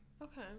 Okay